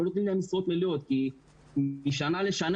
לא נותנים להם משרות מלאות כי משנה לשנה